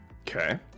Okay